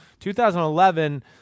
2011